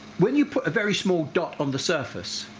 when you put a very small dot on the surface